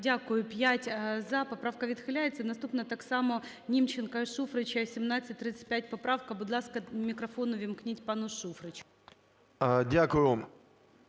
Дякую. 5 – "за", поправка відхиляється. Наступна так само Німченка і Шуфрича. 1735 поправка. Будь ласка, мікрофон увімкніть пану Шуфричу.